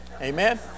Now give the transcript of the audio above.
Amen